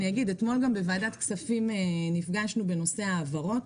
אתמול בוועדת כספים גם נפגשנו בנושא ההעברות,